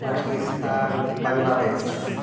Pakistan Bangladesh